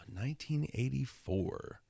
1984